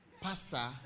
pastor